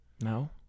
No